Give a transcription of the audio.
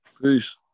Peace